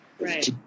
Right